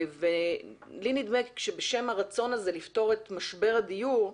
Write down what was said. לי נדמה שבשם הרצון הזה לפתור את משבר הדיור,